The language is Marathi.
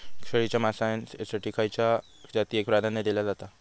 शेळीच्या मांसाएसाठी खयच्या जातीएक प्राधान्य दिला जाता?